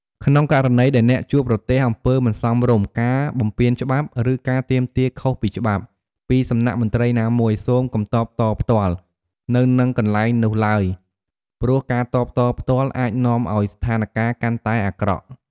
ក្នុងករណីដែលអ្នកជួបប្រទះ អំពើមិនសមរម្យ ការបំពានច្បាប់ ឬការទាមទារខុសពីច្បាប់ ពីសំណាក់មន្ត្រីណាមួយ សូមកុំតបតផ្ទាល់ នៅនឹងកន្លែងនោះឡើយ ព្រោះការតបតផ្ទាល់អាចនាំឱ្យស្ថានការណ៍កាន់តែអាក្រក់។